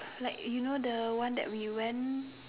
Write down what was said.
like you know the one that we went